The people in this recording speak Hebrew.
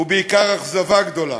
הוא בעיקר אכזבה גדולה.